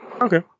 Okay